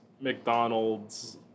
McDonald's